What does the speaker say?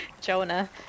Jonah